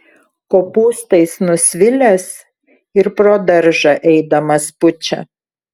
kopūstais nusvilęs ir pro daržą eidamas pučia